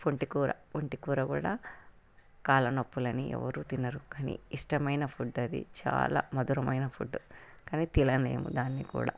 వంటి కూర వట్టి కూర కూడా కాళ్ళ నొప్పులని ఎవరు తినరు కానీ ఇష్టమైన ఫుడ్ అది చాలా మధురమైన ఫుడ్ కానీ తినలేము దాన్ని కూడా